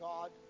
God